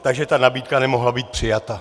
Takže ta nabídka nemohla být přijata.